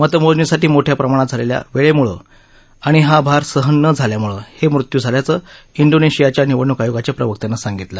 मतमोजणीसाठी मोठ्या प्रमाणात लागलेल्या वेळेमुळे आणि हा भार सहन न झाल्यामुळे हे मृत्यू झाल्याचं इंडोनेशियाच्या निवडणूक आयोगाच्या प्रवक्त्यानी सांगितलं